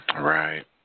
right